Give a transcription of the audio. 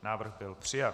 Návrh byl přijat.